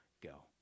go